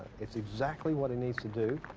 it's exactly what he needs to do.